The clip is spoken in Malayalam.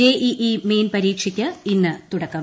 ജെഇഇ മെയിൻ പരീക്ഷയ്ക്ക് ഇന്ന് തുടക്കം